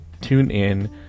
TuneIn